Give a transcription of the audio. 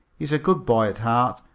he's a good boy at heart,